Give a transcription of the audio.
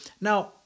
Now